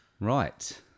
Right